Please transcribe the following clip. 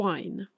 Wine